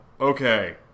Okay